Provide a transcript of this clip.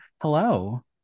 Hello